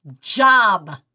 job